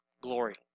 glory